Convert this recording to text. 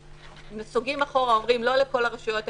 אנחנו נסוגים אחורה ואומרים שזה לא נוגע לכל הגופים האלה,